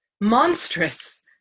monstrous